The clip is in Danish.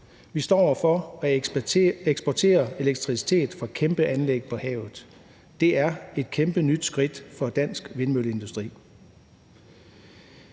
Vi står over for at eksportere elektricitet fra kæmpe anlæg på havet. Det er et kæmpe nyt skridt for dansk vindmølleindustri.